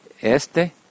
Este